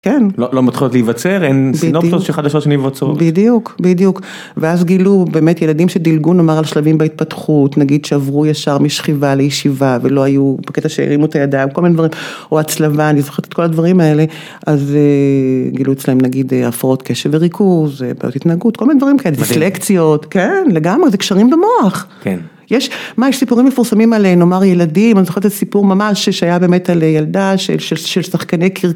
לא מתחילות להיווצר, אין סינופסות חדשות שיווצרו. בדיוק, בדיוק ואז גילו באמת ילדים שדילגו נאמר על שלבים בהתפתחות, נגיד שעברו ישר משכיבה לישיבה ולא היו, בקטע שהרימו את הידיים, כל מיני דברים, או הצלבה, אני זוכרת את כל הדברים האלה אז גילו אצלהם נגיד הפרעות קשר וריכוז, בעיות התנהגות, כל מיני דברים כאלה, דיסלקציות, כן לגמרי, זה קשרים במוח, יש סיפורים מפורסמים על נאמר ילדים, אני זוכרת את סיפור ממש שהיה באמת על ילדה של שחקני קרקס